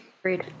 Agreed